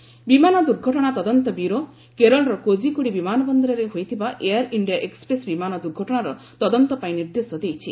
plain crash ବିମାନ ଦୁର୍ଘଟଣା ତଦନ୍ତ ବ୍ୟୁରୋ କେରଳର କୋଜିକୋଡ଼ି ବିମାନ ବନ୍ଦରରେ ହୋଇଥିବା ଏୟାର୍ ଇଣ୍ଡିଆ ଏକ୍ୱପ୍ରେସ୍ ବିମାନ ଦୁର୍ଘଟଣାର ତଦନ୍ତ ପାଇଁ ନିର୍ଦ୍ଦେଶ ଦେଇଛି